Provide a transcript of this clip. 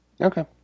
Okay